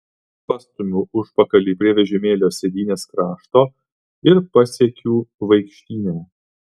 pastumiu užpakalį prie vežimėlio sėdynės krašto ir pasiekiu vaikštynę